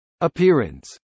Appearance